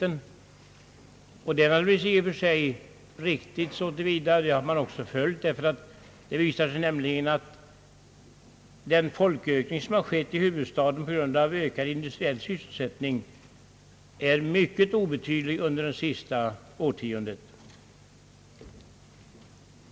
Den tanken är naturligtvis i och för sig riktig och har tydligen också följts, ty den folkökning som skett i huvudstaden på grund av ökad industriell sysselsättning har varit mycket obetydlig under det senaste årtiondet.